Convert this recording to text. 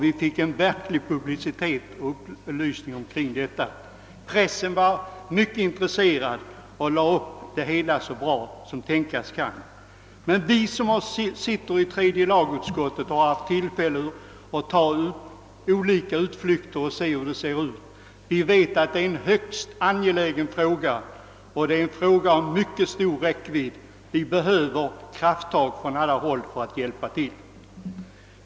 Vi fick verklig publicitet kring denna utställning. Pressen var mycket intresserad och redogjorde för det hela så bra som tänkas kan. Vi som sitter i tredje lagutskottet och har haft tillfälle att göra utflykter och undersöka hur det ser ut på olika platser vet att miljövården är en högst angelägen fråga av mycket stor räckvidd. Vi behöver krafttag från alla håll för att åstadkomma något.